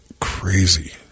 crazy